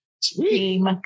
Sweet